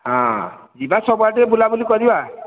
ହଁ ଯିବା ସବୁଆଡ଼େ ଟିକିଏ ବୁଲା ବୁଲି କରିବା